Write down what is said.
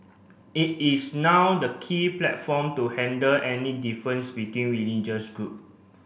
it is now the key platform to handle any difference between religious group